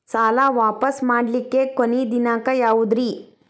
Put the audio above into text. ಸಾಲಾ ವಾಪಸ್ ಮಾಡ್ಲಿಕ್ಕೆ ಕೊನಿ ದಿನಾಂಕ ಯಾವುದ್ರಿ?